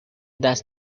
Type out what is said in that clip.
دست